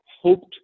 hoped